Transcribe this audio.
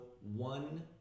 one